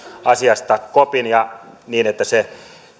asiasta kopin ja niin että se